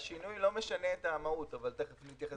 השינוי לא משנה את המהות, תיכף נתייחס לזה.